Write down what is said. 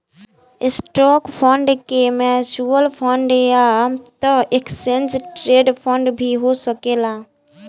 stock fund के mutual fund या त एक्सचेंज ट्रेड फंड भी हो सकेला